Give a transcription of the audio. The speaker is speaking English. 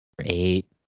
eight